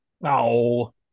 No